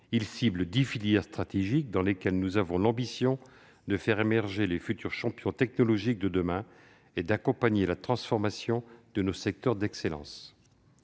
Il cible dix filières stratégiques dans lesquelles nous avons l'ambition de faire émerger les futurs champions technologiques de demain. Il s'agit d'accompagner la transformation de nos secteurs d'excellence.